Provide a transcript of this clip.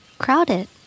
Crowded